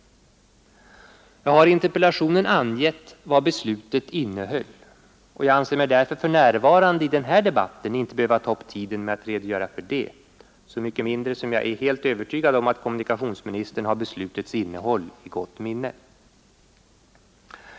Jag har i interpellationen angett vad beslutet innehöll, och jag anser mig därför för närvarande, i denna debatt, inte behöva ta upp tiden med att redogöra för det, så mycket mindre som jag är helt övertygad om att kommunikationsministern har beslutets innehåll i gott minne.